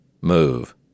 move